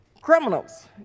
criminals